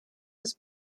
des